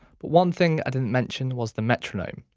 but one thing i didn't mention was the metronome.